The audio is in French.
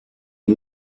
est